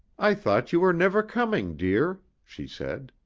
i thought you were never coming, dear, she said.